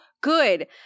good